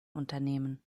unternehmen